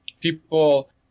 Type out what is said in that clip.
people